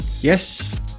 Yes